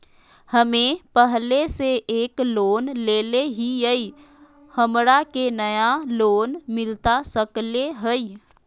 हमे पहले से एक लोन लेले हियई, हमरा के नया लोन मिलता सकले हई?